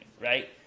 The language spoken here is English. right